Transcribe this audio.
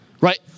Right